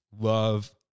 Love